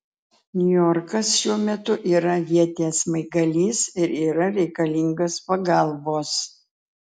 niujorkas šiuo metu yra ieties smaigalys ir yra reikalingas pagalbos